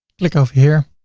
click over here,